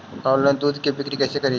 Online दुध के बिक्री कैसे करि?